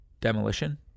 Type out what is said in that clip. Demolition